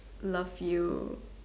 love you